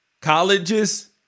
Colleges